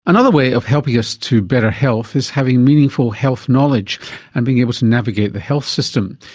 another way of helping us to better health is having meaningful health knowledge and being able to navigate the health system.